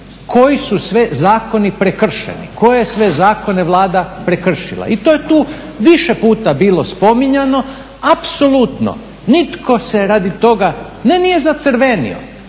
koji su sve zakoni prekršeni, koje je sve zakone Vlada prekršila i to je tu više puta bilo spominjano. Apsolutno nitko se radi toga ne nije zacrvenio